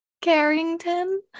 Carrington